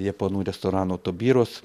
japonų restorano tobiros